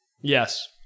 Yes